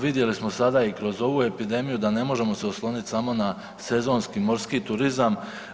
Vidjeli smo sada i kroz ovu epidemiju da ne možemo se osloniti samo na sezonski morski turizam.